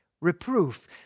reproof